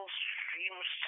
seems